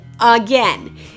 again